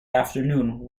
afternoon